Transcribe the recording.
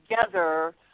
together